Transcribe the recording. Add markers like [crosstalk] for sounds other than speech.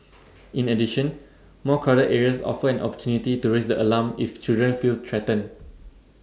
[noise] in addition more crowded areas offer an opportunity to raise the alarm if children feel threatened